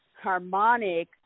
harmonic